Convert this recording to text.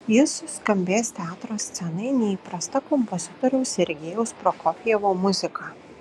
jis suskambės teatro scenai neįprasta kompozitoriaus sergejaus prokofjevo muzika